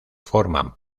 forman